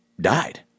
died